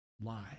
lie